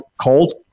cold